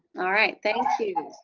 all right thank you.